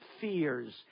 fears